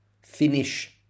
Finish